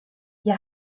hja